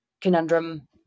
conundrum